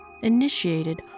initiated